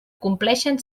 compleixin